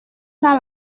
dans